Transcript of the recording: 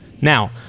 Now